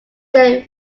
then